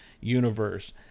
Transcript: universe